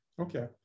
okay